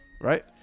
right